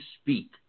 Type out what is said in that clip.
speak